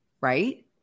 right